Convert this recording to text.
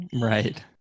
Right